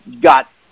got